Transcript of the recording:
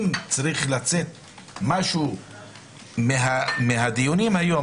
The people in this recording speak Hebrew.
אם משהו צריך לצאת מהדיונים היום,